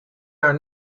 are